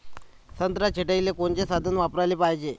संत्रा छटाईले कोनचे साधन वापराले पाहिजे?